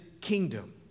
kingdom